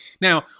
now